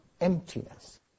emptiness